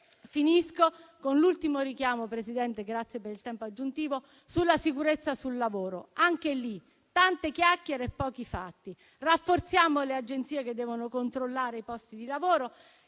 Finisco con l'ultimo richiamo, Presidente - e la ringrazio per il tempo aggiuntivo - sulla sicurezza sul lavoro. Anche in quel caso, tante chiacchiere e pochi fatti. Rafforziamo le agenzie che devono controllare i posti di lavoro;